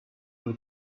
who